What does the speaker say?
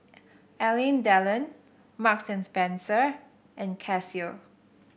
Alain Delon Marks and Spencer and Casio